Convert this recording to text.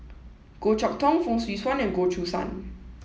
Goh Chok Tong Fong Swee Suan and Goh Choo San